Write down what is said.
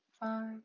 five